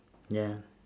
ya